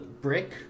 brick